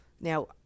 now